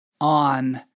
on